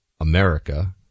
America